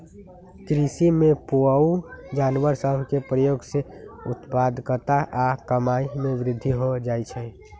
कृषि में पोअउऔ जानवर सभ के प्रयोग से उत्पादकता आऽ कमाइ में वृद्धि हो जाइ छइ